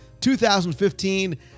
2015